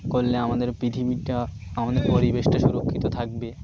করলে আমাদের পৃথিবীটা আমাদের পরিবেশটা সুরক্ষিত থাকবে